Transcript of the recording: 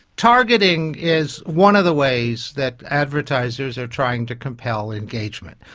targeting is one of the ways that advertisers are trying to compel engagement.